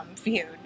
viewed